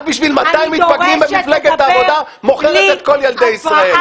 את בשביל 200 מתפקדים במפלגת העבודה מוכרת את כל ילדי ישראל.